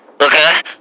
Okay